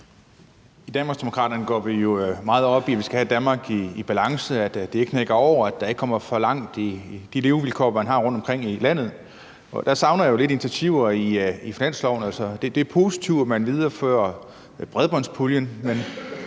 I Danmarksdemokraterne går vi jo meget op i, at vi skal have et Danmark i balance, at det ikke knækker over, at det ikke kommer for langt i forhold til de levevilkår, man har rundtomkring i landet, og der savner jeg jo lidt initiativer i finanslovsforslaget. Altså, det er positivt, at man viderefører bredbåndspuljen, men